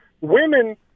women